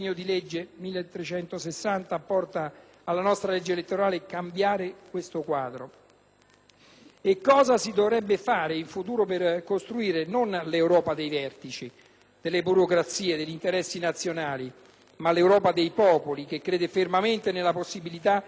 Cosa si dovrebbe fare in futuro per costruire non l'Europa dei vertici, delle burocrazie, degli interessi nazionali, ma l'Europa dei popoli che crede fermamente nella possibilità per i Paesi europei di unirsi e svolgere una crescente funzione nel quadro della comunità mondiale?